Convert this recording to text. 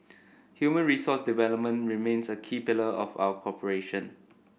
human resource development remains a key pillar of our cooperation